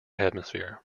hemisphere